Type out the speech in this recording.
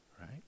right